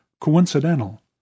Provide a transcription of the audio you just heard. coincidental